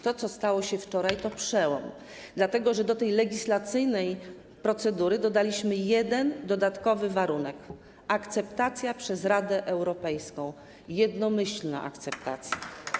To, co stało się wczoraj, to przełom, dlatego że do legislacyjnej procedury dodaliśmy jeden dodatkowy warunek: akceptacja przez Radę Europejską, jednomyślna akceptacja.